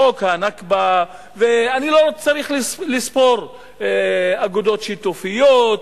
חוק הנכבה, ואני לא צריך לספור, אגודות שיתופיות,